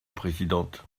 présidente